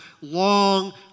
long